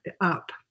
up